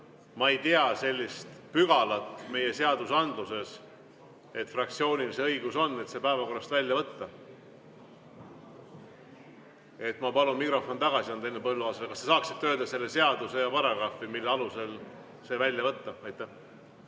Ma ei tea sellist pügalat meie seadusandluses, et fraktsioonil on õigus see päevakorrast välja võtta. Ma palun mikrofon tagasi anda Henn Põlluaasale. Kas te saaksite öelda selle seaduse ja paragrahvi, mille alusel see välja võtta? Aitäh,